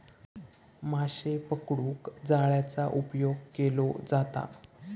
माशे पकडूक जाळ्याचा उपयोग केलो जाता